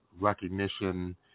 recognition